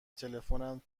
تلفنم